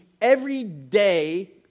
everyday